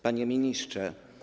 Panie Ministrze!